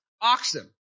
oxen